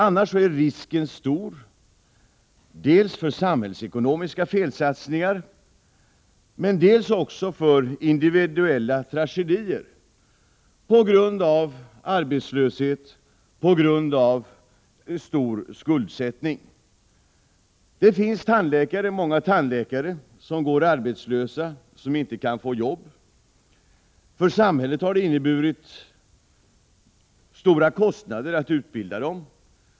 Annars är risken stor dels för samhällsekonomiska felsatsningar, dels också för individuella tragedier på grund av arbetslöshet och stor skuldsättning. Det finns många tandläkare som går arbetslösa och som inte kan få jobb. För samhället har det inneburit stora kostnader att utbilda dem.